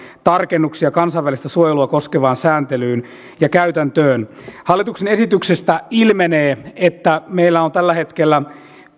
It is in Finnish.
tarkennuksia kansainvälistä suojelua koskevaan sääntelyyn ja käytäntöön hallituksen esityksestä ilmenee että meillä on tällä hetkellä